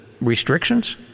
restrictions